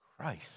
Christ